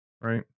right